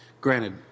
granted